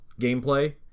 gameplay